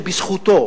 ובזכותו,